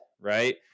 right